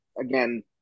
again